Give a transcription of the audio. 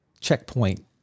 Checkpoint